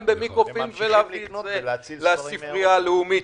במיקרופילם ולהביא את זה לספרייה הלאומית,